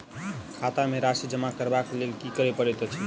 खाता मे राशि जमा करबाक लेल की करै पड़तै अछि?